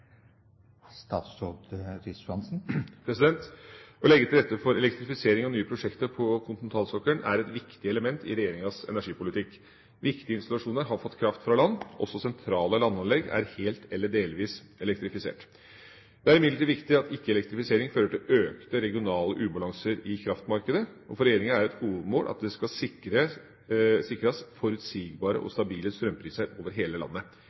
Å legge til rette for elektrifisering av nye prosjekter på kontinentalsokkelen er et viktig element i regjeringas energipolitikk. Viktige installasjoner har fått kraft fra land. Også sentrale landanlegg er helt eller delvis elektrifisert. Det er imidlertid viktig at ikke elektrifisering fører til økte regionale ubalanser i kraftmarkedet. For regjeringa er det et hovedmål at det skal sikres forutsigbare og stabile strømpriser over hele landet.